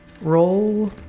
Roll